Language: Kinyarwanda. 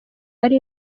ari